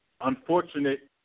unfortunate